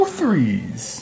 threes